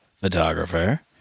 photographer